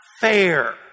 fair